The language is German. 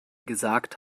gesagt